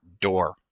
door